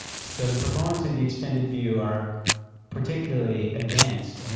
so the proponents of the extended view are particularly against, and